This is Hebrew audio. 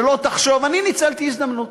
שלא תחשוב, אני ניצלתי הזדמנות,